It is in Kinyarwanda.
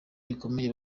rikomeye